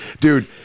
Dude